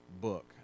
book